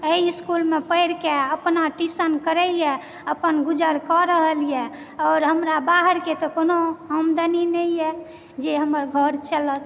एहिस्कूलमे पढ़िके अपना ट्युशन करइए अपन गुजर कऽ रहलए आओर हमरा बाहरके तऽ कोनो आमदनी नहि यऽ जे हमर घर चलत